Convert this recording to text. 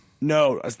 No